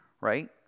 right